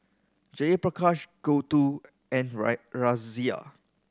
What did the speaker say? Jayaprakash Gouthu and Razia